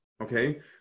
Okay